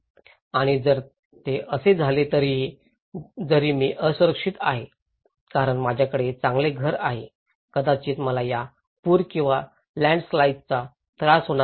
आणि जर ते असे झाले तरीही जरी मी असुरक्षित आहे कारण माझ्याकडे चांगले घर आहे कदाचित मला या पूर किंवा लँडस्लाइचा त्रास होणार नाही